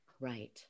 Right